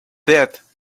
death